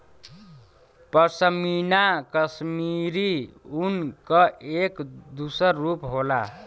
पशमीना कशमीरी ऊन क एक दूसर रूप होला